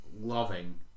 loving